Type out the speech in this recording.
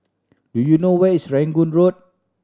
do you know where is Rangoon Road